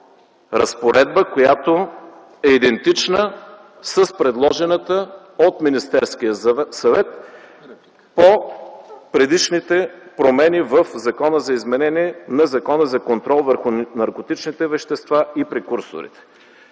разпоредба, която е идентична с предложената от Министерския съвет по предишните промени в Закона за изменение на Закона за контрол върху наркотичните вещества и прекурсорите.